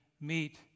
meet